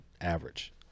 average